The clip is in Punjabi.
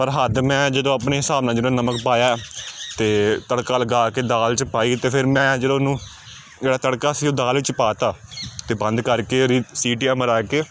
ਪਰ ਹੱਦ ਮੈਂ ਜਦੋਂ ਆਪਣੇ ਹਿਸਾਬ ਨਾਲ ਜਿਹੜਾ ਨਮਕ ਪਾਇਆ ਅਤੇ ਤੜਕਾ ਲਗਾ ਕੇ ਦਾਲ 'ਚ ਪਾਈ ਅਤੇ ਫਿਰ ਮੈਂ ਜਦੋਂ ਉਹਨੂੰ ਜਿਹੜਾ ਤੜਕਾ ਸੀ ਉਹ ਦਾਲ ਵਿੱਚ ਪਾ 'ਤਾ ਅਤੇ ਬੰਦ ਕਰਕੇ ਉਹਦੀਆਂ ਸੀਟੀਆਂ ਮਰਾ ਕੇ